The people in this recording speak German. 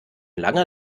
langer